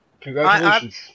Congratulations